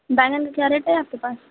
بیگن کا کیا ریٹ ہے آپ کے پاس